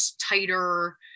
tighter